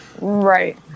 Right